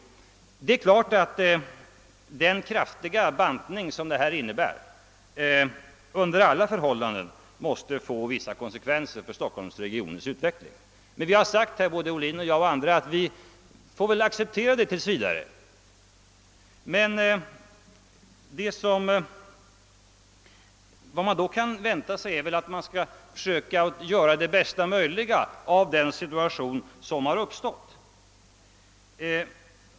Det är klart att den kraftiga bantningen under alla förhållanden måste få vissa konsekvenser för Stockholmsregionens utveckling, men både herr Ohlin och jag och andra har sagt att vi väl får acceptera dem tills vidare. Vi bör dock kunna förvänta oss att man försöker göra det bästa möjliga av den situation som har uppstått.